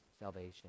salvation